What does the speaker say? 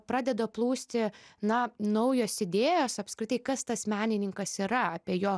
pradeda plūsti na naujos idėjos apskritai kas tas menininkas yra apie jo